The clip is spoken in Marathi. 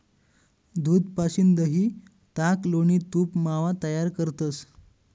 दूध पाशीन दही, ताक, लोणी, तूप, मावा तयार करतंस